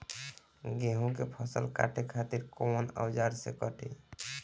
गेहूं के फसल काटे खातिर कोवन औजार से कटी?